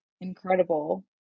incredible